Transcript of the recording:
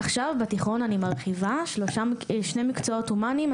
עכשיו בתיכון אני מרחיבה שני מקצועות הומניים,